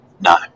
No